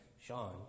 Sean